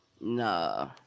Nah